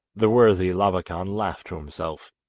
the worthy labakan laughed to himself.